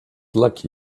lucky